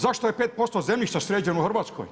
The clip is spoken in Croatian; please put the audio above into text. Zašto je 5% zemljišta sređeno u Hrvatskoj?